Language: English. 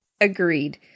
Agreed